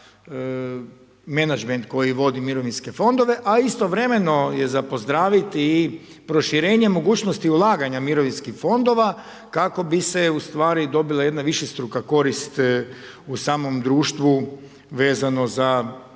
menadžment koji vodi mirovinske fondove, a istovremeno je za pozdraviti i proširenje mogućnosti ulaganja mirovinskih fondova kako bi se ustvari dobila jedna višestruka korist u samom društvu vezano za